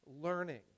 learning